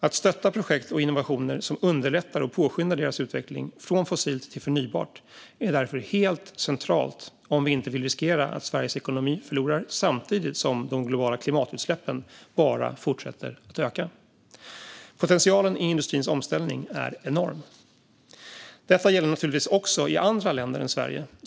Att stötta projekt och innovationer som underlättar och påskyndar deras utveckling från fossilt till förnybart är därför helt centralt om vi inte vill riskera att Sveriges ekonomi förlorar samtidigt som de globala klimatutsläppen bara fortsätter att öka. Potentialen i industrins omställning är enorm. Detta gäller naturligtvis också i andra länder än Sverige.